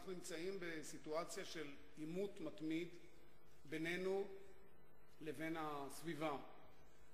אנחנו נמצאים בסיטואציה של עימות מתמיד בינינו לבין הסביבה,